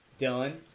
Dylan